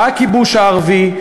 בא הכיבוש הערבי,